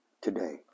today